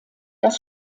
das